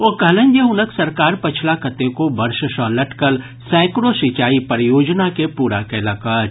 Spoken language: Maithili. ओ कहलनि जे हुनक सरकार पछिला कतेको वर्ष सऽ लटकल सैकड़ो सिंचाई परियोजना के पूरा कयलक अछि